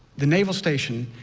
the naval station,